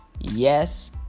Yes